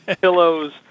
pillows